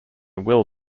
will